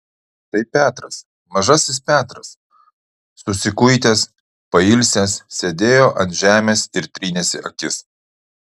tai petras mažasis petras susikuitęs pailsęs sėdėjo ant žemės ir trynėsi akis